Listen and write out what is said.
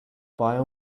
bio